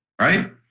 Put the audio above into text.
right